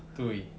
对